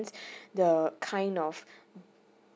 the kind of